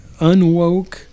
unwoke